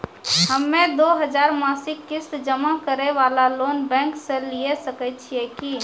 हम्मय दो हजार मासिक किस्त जमा करे वाला लोन बैंक से लिये सकय छियै की?